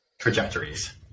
trajectories